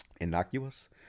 Innocuous